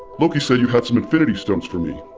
loki said you had some infinity stones for me